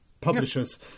publishers